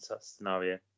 scenario